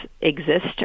exist